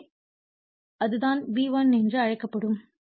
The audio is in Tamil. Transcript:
எனவே அதுதான் V1 என்று அழைக்கப்படும்